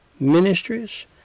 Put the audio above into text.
ministries